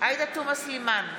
עאידה תומא סלימאן,